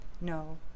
No